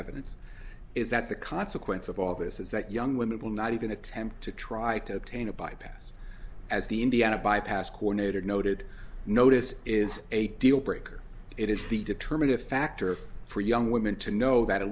evidence is that the consequence of all this is that young women will not even attempt to try to obtain a bypass as the indiana bypass coordinator noted notice is a deal breaker it is the determine to factor for young women to know that at